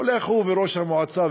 הולך הוא, וראש המועצה,